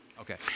Okay